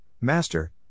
Master